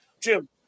Jim